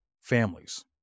families